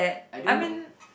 I don't know